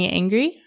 angry